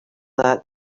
that